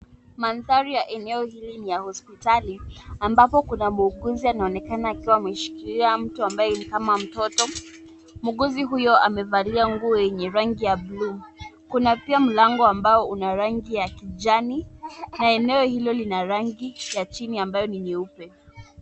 Mandhari ya eneo hili ni ya hospitali, ambapo kuna muuguzi anayeonekana akiwa ameshikilia mtu ambaye ni kama mtoto. Muuguzi huyo amevalia nguo yenye rangi ya bluu. Kuna pia mlango ambao una rangi ya kijani na eneo hilo lina rangi ya chini ambayo ni nyeupe.